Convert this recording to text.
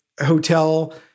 hotel